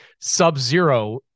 sub-zero